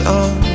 on